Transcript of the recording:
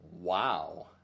Wow